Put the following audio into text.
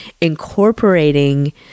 incorporating